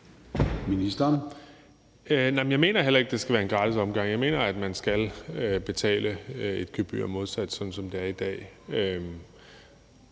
Jeg mener heller ikke, det skal være en gratis omgang. Jeg mener, at man skal betale et gebyr, i modsætning til hvordan det er i dag.